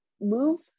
move